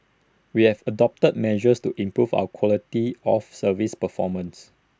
we have adopted measures to improve our quality of service performance